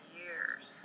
years